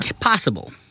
possible